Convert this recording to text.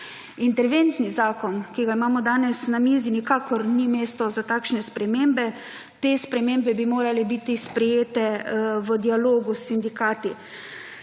Interventni zakon, ki ga imamo danes na mizi, nikakor ni mesto za takšne spremembe. Te spremembe bi morale biti sprejete v dialogu s sindikati.